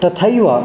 तथैव